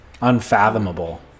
unfathomable